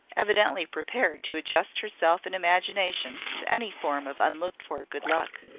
evidently prepared to adjust herself in imagination to any form of un-looked-for good luck.